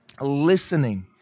listening